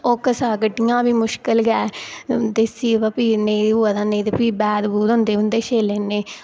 ओह्का पास्सै गड्डियां बी मुश्कल गै देसी होवै फ्ही नेईं होवै तां नेईं ते फ्ही बैध बूध होंदे उं'दे चेल्ले इन्ने